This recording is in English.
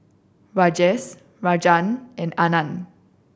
Rajesh Rajan and Anand